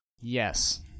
Yes